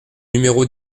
numéro